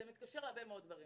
זה מתקשר להרבה דברים.